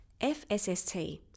FSST